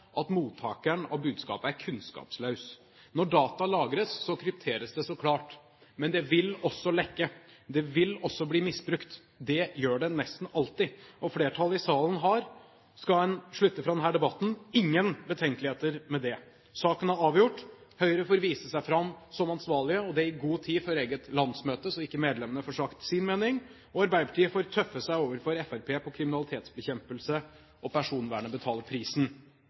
at mottakeren av budskapet er kunnskapsløs. Når data lagres, krypteres det så klart, men det vil også lekke. Det vil også bli misbrukt, det gjør det nesten alltid. Og flertallet i salen har – skal en slutte av denne debatten – ingen betenkeligheter med det. Saken er avgjort. Høyre får vise seg fram som ansvarlig, og det i god tid før eget landsmøte sånn at ikke medlemmene får sagt sin mening, og Arbeiderpartiet får tøffe seg overfor Fremskrittspartiet på kriminalitetsbekjempelse, og personvernet betaler prisen.